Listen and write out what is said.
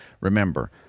Remember